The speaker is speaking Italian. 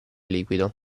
liquido